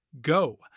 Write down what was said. go